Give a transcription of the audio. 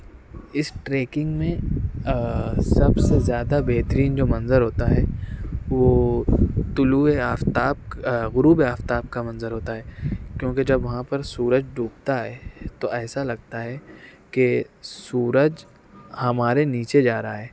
اس trekking میں سب سے زیادہ بہترین جو منظر ہوتا ہے وہ طلوع آفتاب غروب آفتاب کا منظر ہوتا ہے کیوںکہ جب وہاں پر سورج ڈوبتا ہے تو ایسا لگتا ہے کہ سورج ہمارے نیچے جا رہا ہے